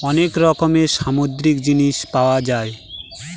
অনেক রকমের সামুদ্রিক জিনিস পাওয়া যায়